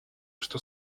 что